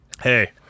Hey